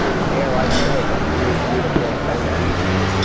dare i say, equally as beautiful as gigi.